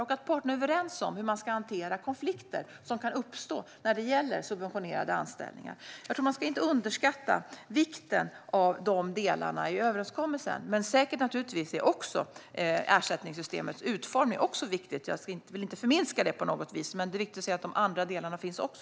Parterna måste vara överens om hur man ska hantera konflikter som kan uppstå vid subventionerade anställningar. Man ska inte underskatta vikten av de delarna i överenskommelsen. Men också ersättningssystemets utformning är viktigt. Jag vill inte förminska det på något vis, men det är viktigt att säga att de andra delarna också finns.